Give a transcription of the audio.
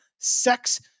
sex